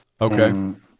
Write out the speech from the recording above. Okay